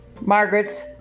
Margaret's